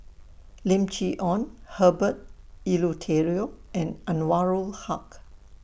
Lim Chee Onn Herbert Eleuterio and Anwarul Haque